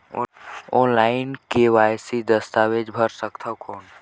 Online KYC दस्तावेज भर सकथन कौन?